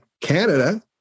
Canada